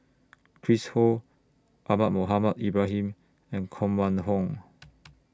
Chris Ho Ahmad Mohamed Ibrahim and Koh Mun Hong